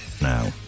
Now